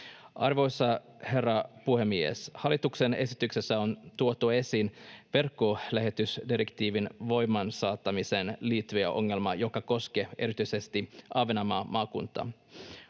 Arvoisa herra puhemies! Hallituksen esityksessä on tuotu esiin verkkolähetysdirektiivin voimaan saattamiseen liittyvä ongelma, joka koskee erityisesti Ahvenanmaan maakuntaa.